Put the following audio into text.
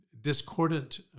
discordant